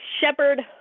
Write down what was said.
Shepard